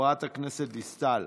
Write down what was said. חברת הכנסת דיסטל,